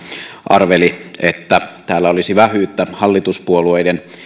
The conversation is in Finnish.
arveli että täällä olisi vähyyttä hallituspuolueiden